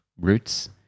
roots